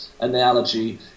analogy